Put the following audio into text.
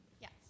Yes